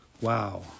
Wow